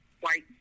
white